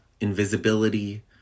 invisibility